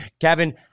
Kevin